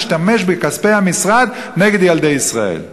הוא משתמש בכספי המשרד נגד ילדי ישראל.